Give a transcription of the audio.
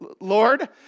Lord